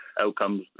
outcomes